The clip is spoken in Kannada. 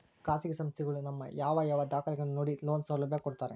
ಖಾಸಗಿ ಸಂಸ್ಥೆಗಳು ನಮ್ಮ ಯಾವ ಯಾವ ದಾಖಲೆಗಳನ್ನು ನೋಡಿ ಲೋನ್ ಸೌಲಭ್ಯ ಕೊಡ್ತಾರೆ?